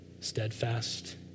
Steadfast